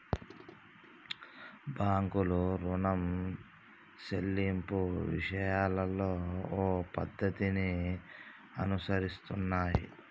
బాంకులు రుణం సెల్లింపు విషయాలలో ఓ పద్ధతిని అనుసరిస్తున్నాయి